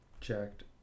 Checked